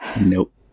Nope